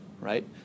Right